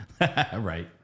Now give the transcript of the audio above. Right